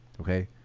Okay